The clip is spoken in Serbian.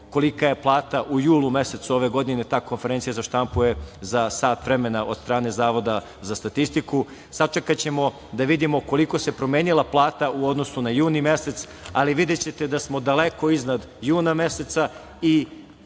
kolika je plata u julu mesecu ove godine. ta konferencija za štampu je za sat vremena od strane Zavoda za statistiku. Sačekaćemo da vidimo koliko se promenila plata u odnosu na juni mesec, ali videćete da smo daleko iznad juna meseca i